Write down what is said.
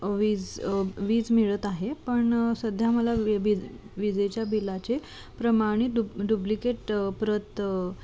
वीज वीज मिळत आहे पण सध्या मला विज बि विजेच्या बिलाचे प्रमाणित डुप डुप्लिकेट प्रत